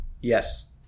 Yes